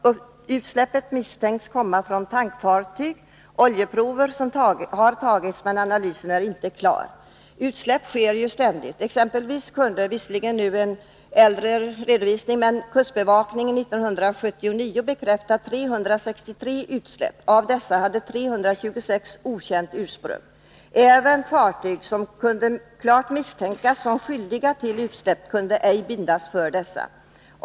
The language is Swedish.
Utsläppet misstänks komma från tankfartyg. Oljeprover har tagits men analysen är inte klar. Utsläpp sker ju ständigt. Kustbevakningen kunde exempelvis 1979 — även om det gäller en äldre redovisning — bekräfta 363 utsläpp. Av dessa hade 326 okänt ursprung. Även fartyg som klart kunde misstänkas som skyldiga till utsläpp kunde ej bindas vid dessa.